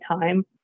time